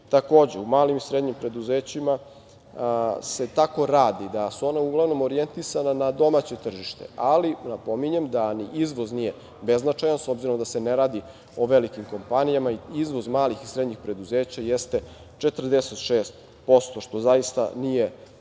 Takođe, u malim i srednjim preduzećima se tako radi da su ona uglavnom orijentisa na domaće tržište, ali napominjem da ni izvoz nije beznačajan s obzirom da se ne radi o velikim kompanijama i izvoz malih i srednjih preduzeća jeste 46%, što zaista nije malo